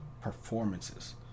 performances